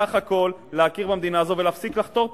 סך הכול להכיר במדינה הזו ולהפסיק לחתור תחתיה.